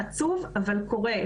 זה עצוב אבל קורה.